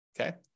okay